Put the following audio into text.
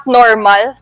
normal